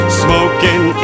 smoking